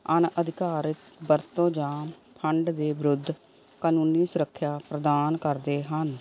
ਅਣਅਧਿਕਾਰਿਤ ਵਰਤੋਂ ਜਾਂ ਫ਼ੰਡ ਦੇ ਵਿਰੁੱਧ ਕਾਨੂੰਨੀ ਸੁਰੱਖਿਆ ਪ੍ਰਦਾਨ ਕਰਦੇ ਹਨ